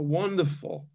wonderful